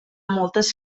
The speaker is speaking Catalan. moltes